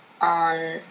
on